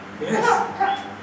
Yes